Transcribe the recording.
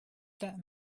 that